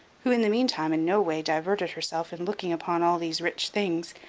who in the meantime in no way diverted herself in looking upon all these rich things,